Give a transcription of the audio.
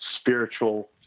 spiritual